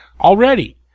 Already